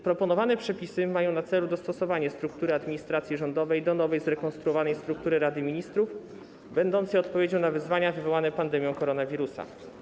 Proponowane przepisy mają na celu dostosowanie struktury administracji rządowej do nowej, zrekonstruowanej struktury Rady Ministrów będącej odpowiedzią na wyzwania wywołane pandemią koronawirusa.